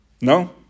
No